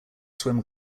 swim